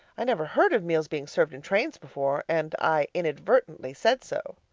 i never heard of meals being served in trains before, and i inadvertently said so.